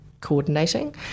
coordinating